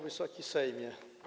Wysoki Sejmie!